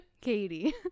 Katie